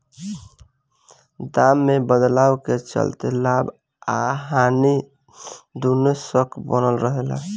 दाम में बदलाव के चलते लाभ आ हानि दुनो के शक बनल रहे ला